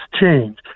change